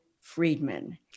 Friedman